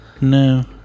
No